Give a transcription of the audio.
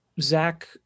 Zach